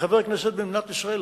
כחבר כנסת במדינת ישראל,